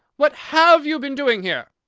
what have you been doing here?